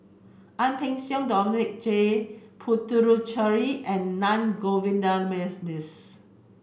Ang Peng Siong Dominic J Puthucheary and Na